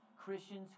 Christians